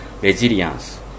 resilience